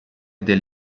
del